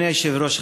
אדוני היושב-ראש,